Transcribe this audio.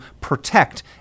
protect